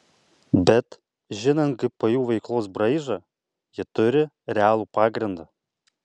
bet žinant gpu veiklos braižą jie turi realų pagrindą